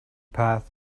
path